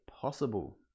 possible